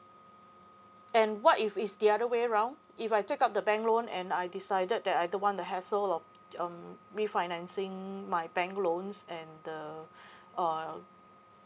and what if is the other way round if I took up the bank loan and I decided that I don't want the hassle of um refinancing my bank loans and the uh